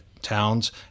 towns